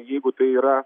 jeigu tai yra